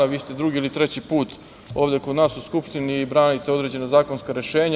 Vi ste drugi ili treći put ovde kod nas u Skupštini, branite određene zakonska rešenja.